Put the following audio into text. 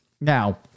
Now